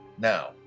Now